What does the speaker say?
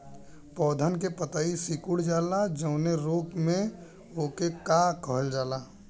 पौधन के पतयी सीकुड़ जाला जवने रोग में वोके का कहल जाला?